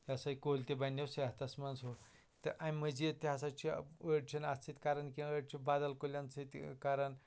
یہِ سا یہِ کُلۍ تہِ بَنٕنٮ۪و صحتَس منٛز تہٕ اَمہِ مٔزیٖد تہِ ہسا چھِ أڈۍ چھِنہٕ اَتھ سۭتۍ کَران کیٚنٛہہ أڈۍ چھِ بدل کُلٮ۪ن سۭتۍ کَران